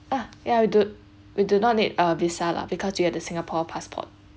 uh ya we do we do not need a visa lah because we have the singapore passport